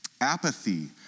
apathy